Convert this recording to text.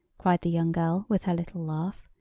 cried the young girl with her little laugh.